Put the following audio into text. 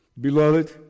Beloved